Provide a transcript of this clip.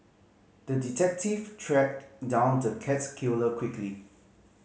the detective tracked down the cat killer quickly